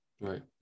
Right